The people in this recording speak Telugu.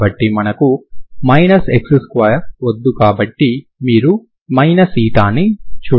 కాబట్టి మనకు x2 వద్దు కాబట్టి మీరు ηని చూడగలరు